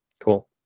Cool